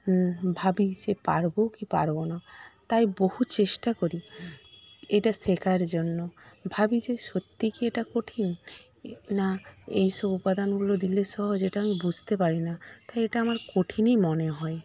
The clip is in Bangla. ভাবি সে পারবো কি পারবো না তাই বহু চেষ্টা করি এটা শেখার জন্য ভাবি যে সত্যি কি এটা কঠিন না এইসব উপাদানগুলো দিলে সহজ এটা আমি বুঝতে পারি না তাই এটা আমার কঠিনই মনে হয়